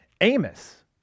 Amos